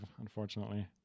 unfortunately